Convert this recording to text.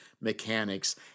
mechanics